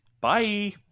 Bye